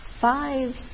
five